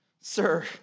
Sir